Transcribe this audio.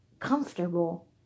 Comfortable